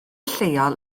lleol